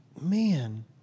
man